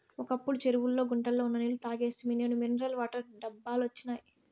ఒకప్పుడు చెరువుల్లో గుంటల్లో ఉన్న నీళ్ళు తాగేస్తిమి నేడు మినరల్ వాటర్ డబ్బాలొచ్చినియ్